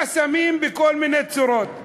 חסמים בכל מיני צורות.